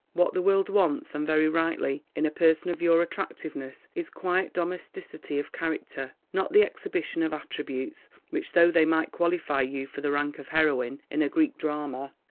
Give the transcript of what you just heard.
what the world wants, and very rightly, in a person of your attractiveness is quiet domesticity of character, not the exhibition of attributes which though they might qualify you for the rank of heroine in a greek drama,